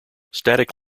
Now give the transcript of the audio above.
static